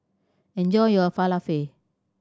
enjoy your Falafel